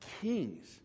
kings